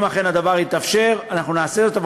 ואם אכן הדבר יתאפשר, אנחנו נעשה זאת.